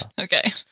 Okay